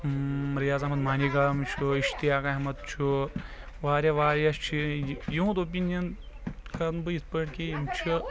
ریاض احمد منگام چھُ اِشتیاق احمد چھُ واریاہ واریاہ چھ یِہُنٛد اوٚپیٖنین ونہٕ بہٕ یِتھ پأٹھۍ کہ یِم چھ